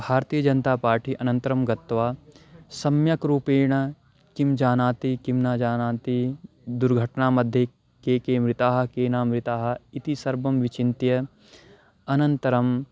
Bharatiya Janata party अनन्तरं गत्वा सम्यक् रूपेण किं जानाति किं जानन्ति दुर्घटना मध्ये के के मृताः के न मृताः इति सर्वं विचिन्त्य अनन्तरं